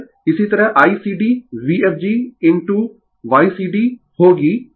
इसी तरह ICd Vfg into Ycd होगी